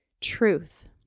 truth